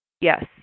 Yes